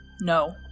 No